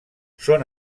són